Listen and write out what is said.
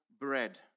bread